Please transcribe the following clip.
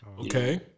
Okay